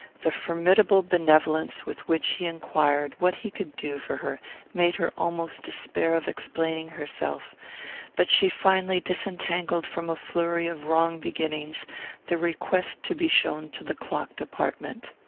the formidable benevolence with which he enquired what he could do for her made her almost despair of explaining herself but she finally disentangled from a flurry of wrong beginnings the request to be shown to the clock-department.